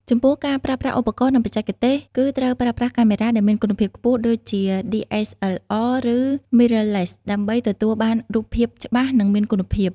ចំពោះការប្រើប្រាស់ឧបករណ៍ និងបច្ចេកទេស គឺត្រូវប្រើប្រាស់កាមេរ៉ាដែលមានគុណភាពខ្ពស់ដូចជា DSLR ឬ Mirrorless ដើម្បីទទួលបានរូបភាពច្បាស់ និងមានគុណភាព។